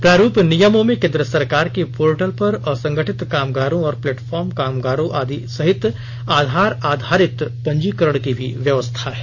प्रारूप नियमों में केन्द्र सरकार के पोर्टल पर असंगठित कामगारों और प्लेटफॉर्म कामगारों आदि सहित आधार आधारित पंजीकरण की भी व्यवस्था है